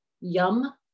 yum